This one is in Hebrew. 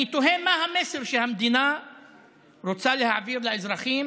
אני תוהה מה המסר שהמדינה רוצה להעביר לאזרחים